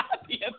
happy